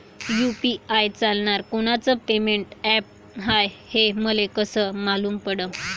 UPI चालणारं कोनचं payment app हाय, हे मले कस मालूम पडन?